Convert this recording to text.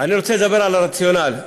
רוצה לדבר על הרציונל.